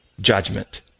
judgment